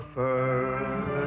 first